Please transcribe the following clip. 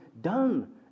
done